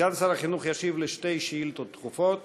סגן שר החינוך ישיב על שתי שאילתות דחופות,